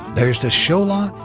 there's the show lot,